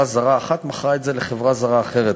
זרה אחת מכרה את זה לחברה זרה אחרת.